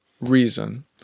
reason